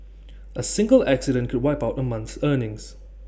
A single accident could wipe out A month's earnings